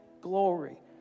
glory